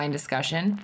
discussion